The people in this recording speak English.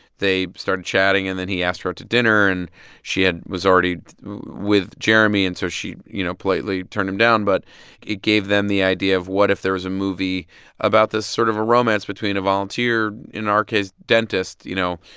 they started chatting, and then he asked her out to dinner. and she had was already with jeremy and so she, you know, politely turned him down, but it gave them the idea of what if there was a movie about this sort of a romance between a volunteer in our case, dentist you know,